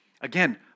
Again